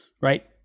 Right